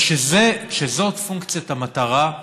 כשזאת פונקציית המטרה,